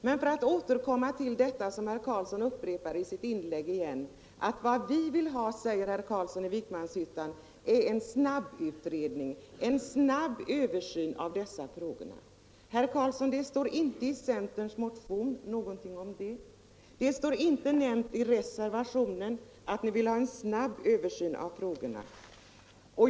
Herr Carlsson i Vikmanshyttan upprepade nu i sitt inlägg — jag återkommer till detta — att centern vill ha en snabb utredning, en snabb översyn av dessa frågor. Det står ingenting om det i centerns motion; det finns inte heller nämnt i reservationen.